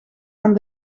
aan